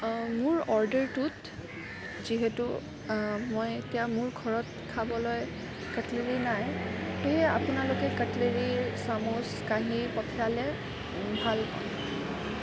মোৰ অৰ্ডাৰটোত যিহেতু মই এতিয়া মোৰ ঘৰত খাবলৈ কাটলেৰী নাই সেয়ে আপোনালোকে কাটলেৰীৰ চামুচ কাঁহী পঠিয়ালে ভালপাওঁ